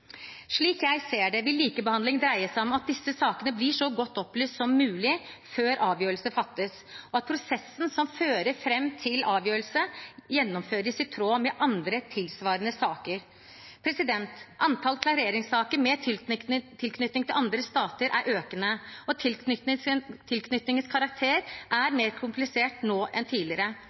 Slik jeg ser det, vil likebehandling dreie seg om at disse sakene blir så godt opplyst som mulig før avgjørelsen fattes, at prosessen som fører fram til avgjørelse, gjennomføres i tråd med andre, tilsvarende saker. Antall klareringssaker med tilknytning til andre stater er økende, og tilknytningens karakter er mer komplisert nå enn tidligere.